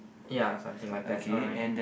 ya something like that alright